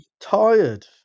tired